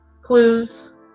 clues